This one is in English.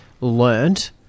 learned